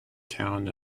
town